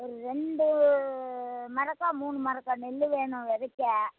ஒரு ரெண்டு மரக்கால் மூணு மரக்கால் நெல் வேணும் விதைக்க